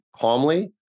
calmly